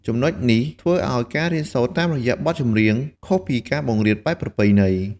ចំណុចនេះធ្វើឲ្យការរៀនសូត្រតាមរយៈបទចម្រៀងខុសពីការបង្រៀនបែបប្រពៃណី។